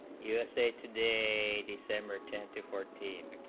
usa today december ten to fourteen